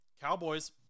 Cowboys